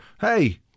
hey